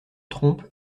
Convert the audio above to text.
trompent